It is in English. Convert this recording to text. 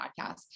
Podcast